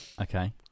Okay